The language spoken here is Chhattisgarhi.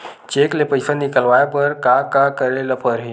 चेक ले पईसा निकलवाय बर का का करे ल पड़हि?